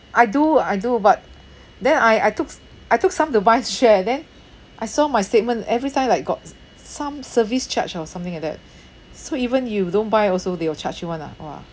I do I do but then I I tooks I took some to buy share then I saw my statement every time like got s~ some service charge or something like that so even you don't buy also they will charge you [one] ah !wah!